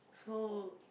so